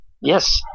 Yes